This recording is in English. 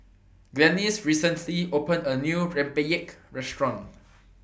Glennis recently opened A New Rempeyek Restaurant